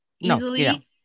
easily